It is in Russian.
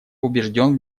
убежден